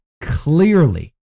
clearly